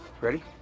Ready